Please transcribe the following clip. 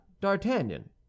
D'Artagnan